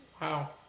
Wow